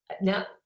now